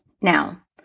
Now